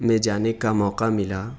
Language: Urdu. میں جانے کا موقع ملا